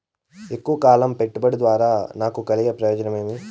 ఎక్కువగా కాలం పెట్టుబడి ద్వారా నాకు కలిగే ప్రయోజనం ఏమి?